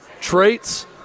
traits